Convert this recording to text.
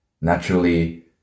Naturally